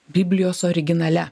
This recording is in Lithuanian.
biblijos originale